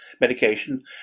medication